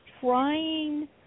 trying